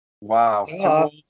Wow